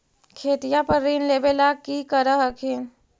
खेतिया पर ऋण लेबे ला की कर हखिन?